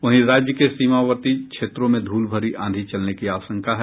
वहीं राज्य के सीमावर्ती क्षेत्रों में धूल भरी आंधी चलने की आशंका है